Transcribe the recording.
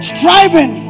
Striving